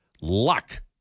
luck